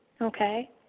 okay